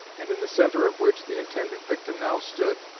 and in the centre of which the intended victim now stood,